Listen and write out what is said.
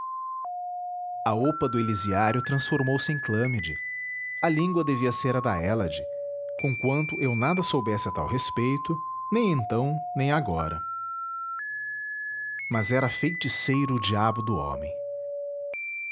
a opa do elisiário transformou-se em clâmide a língua devia ser a da hélade conquanto eu nada soubesse a tal respeito nem então nem agora mas era feiticeiro o diabo do homem